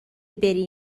بری